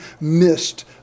missed